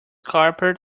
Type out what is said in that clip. carpet